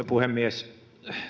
puhemies